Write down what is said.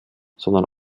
sondern